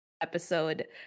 episode